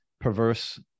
perverse